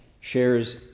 shares